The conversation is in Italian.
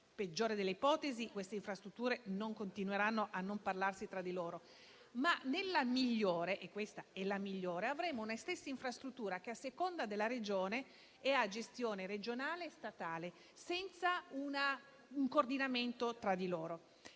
peggiore delle ipotesi, queste infrastrutture continueranno a non parlarsi tra di loro, e nella migliore - e questa lo è - avremo una stessa infrastruttura che, a seconda della Regione, sarà a gestione regionale e statale, senza alcun coordinamento. Per